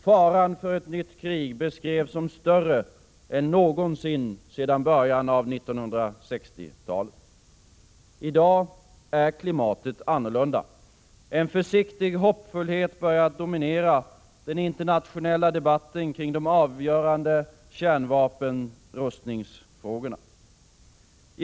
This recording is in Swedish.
Faran för ett nytt krig beskrevs som större än någonsin sedan början av 1960-talet. I dag är klimatet annorlunda. En försiktig hoppfullhet börjar att dominera den internationella debatten kring de avgörande kärnvapenrustningsfrågorna. Herr talman!